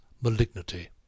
malignity